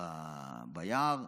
ביער,